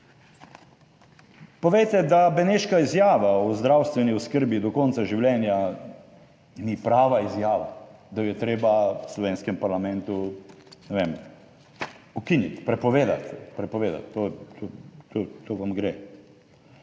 Povejte, da beneška izjava o zdravstveni oskrbi do konca življenja ni prava izjava, da jo je treba v slovenskem parlamentu, ne vem, ukiniti, prepovedati,